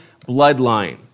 bloodline